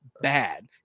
bad